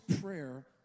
prayer